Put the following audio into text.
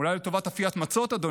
אולי לטובת אפיית מצות, אדוני.